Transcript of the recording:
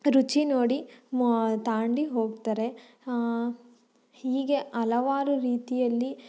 ರುಚಿ ನೋಡಿ ತಾಂಡಿ ಹೋಗ್ತಾರೆ ಹೀಗೆ ಹಲವಾರು ರೀತಿಯಲ್ಲಿ ಜನಗಳು